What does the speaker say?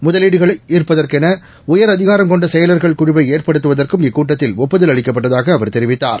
முதலீடுகளை ஈ்ப்பதற்கௌ உயர் அதிகாரம் கொண்ட செயலர்கள் குழுவை ஏற்படுத்துவதற்கும் இக்கூட்டத்தில் ஒப்புதல் அளிக்கப்பட்டதாக அவர் தெரிவித்தார்